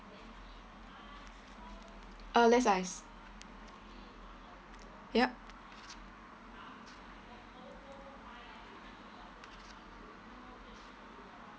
uh less ice yup